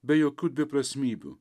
be jokių dviprasmybių